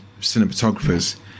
cinematographers